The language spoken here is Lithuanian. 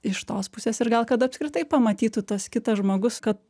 iš tos pusės ir gal kad apskritai pamatytų tas kitas žmogus kad